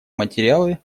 материалы